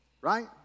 right